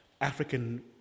African